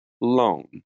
loan